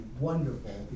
wonderful